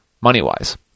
money-wise